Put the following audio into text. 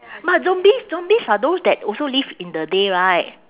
but zombies zombies are those that also live in the day right